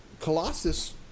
colossus